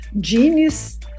genius